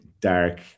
dark